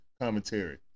commentary